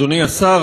אדוני השר,